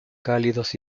cálidos